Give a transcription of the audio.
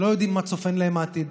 שלא יודעים מה צופן להם העתיד.